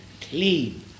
clean